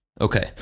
Okay